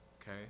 okay